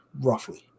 roughly